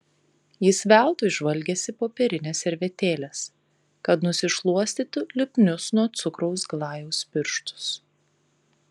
jis veltui žvalgėsi popierinės servetėlės kad nusišluostytų lipnius nuo cukraus glajaus pirštus